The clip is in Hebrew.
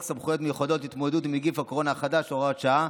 סמכויות מיוחדות להתמודדות עם נגיף הקורונה החדש (הוראת שעה),